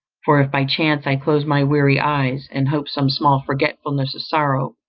for if by chance i close my weary eyes, and hope some small forgetfulness of sorrow,